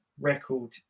record